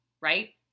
right